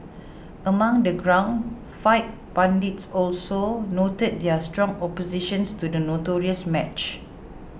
among the ground fight pundits also noted their strong oppositions to the notorious match